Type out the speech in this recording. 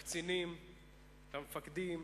לקצינים, למפקדים,